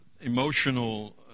emotional